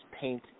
paint